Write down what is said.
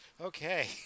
Okay